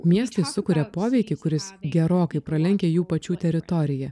miestai sukuria poveikį kuris gerokai pralenkia jų pačių teritoriją